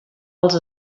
els